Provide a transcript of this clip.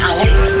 Alex